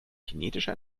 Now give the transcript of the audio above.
kinetischer